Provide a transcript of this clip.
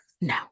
No